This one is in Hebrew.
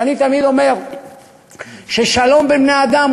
ואני תמיד אומר ששלום בין בני-אדם,